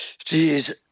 Jeez